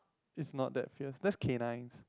is not that fierce that's canines